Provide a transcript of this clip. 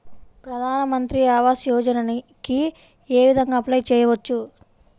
ప్రధాన మంత్రి ఆవాసయోజనకి ఏ విధంగా అప్లే చెయ్యవచ్చు?